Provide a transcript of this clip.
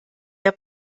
der